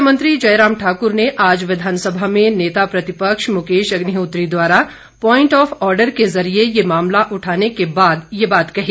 मुख्यमंत्री जयराम ठाकुर ने आज विधानसभा में नेता प्रतिपक्ष मुकेश अग्निहोत्री द्वारा प्वाइंट आफ आर्डर के जरिए ये मामला उठाने के बाद ये बात कही